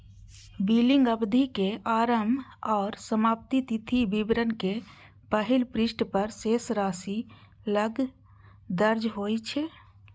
billing अवधि के आरंभ आ समाप्ति तिथि विवरणक पहिल पृष्ठ पर शेष राशि लग दर्ज होइ छै